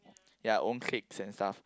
ya own cliques and stuff